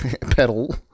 pedal